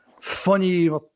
funny